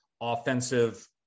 offensive